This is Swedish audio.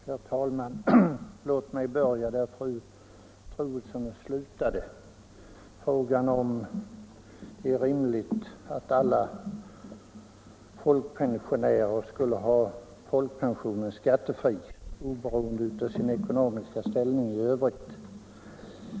Herr talman! Låt mig börja där fru Troedsson slutade, dvs. med att ta upp frågan huruvida det är rimligt att alla folkpensionärer skulle få ha folkpensionen skattefri oberoende av sin ekonomiska ställning i övrigt.